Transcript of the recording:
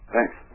Thanks